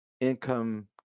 income